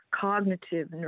Cognitive